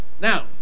Now